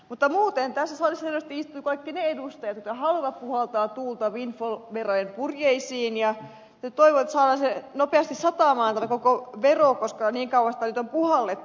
mutta muuten tässä salissa selvästi istuvat kaikki ne edustajat jotka haluavat puhaltaa tuulta windfall verojen purjeisiin ja toivovat saavansa nopeasti satamaan tämän koko veron koska niin kauan sitä nyt on puhallettu